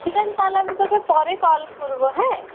ঠিক আছে তাহলে আমি তোকে পরে কল করব হ্যাঁ